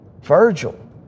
Virgil